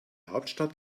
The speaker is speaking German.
hauptstadt